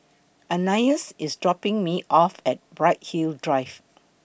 Ananias IS dropping Me off At Bright Hill Drive